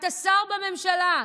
אתה שר בממשלה,